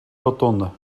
rotonde